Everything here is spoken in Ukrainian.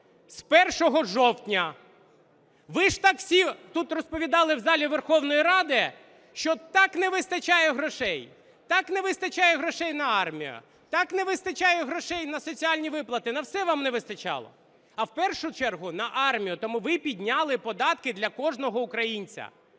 з 1 жовтня. Ви ж так всі тут розповідали, в залі Верховної Ради, що так не вистачає грошей, так не вистачає грошей на армію, так не вистачає грошей на соціальні виплати, на все вам не вистачало, а в першу чергу на армію, тому ви підняли податки для кожного українця,